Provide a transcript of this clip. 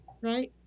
right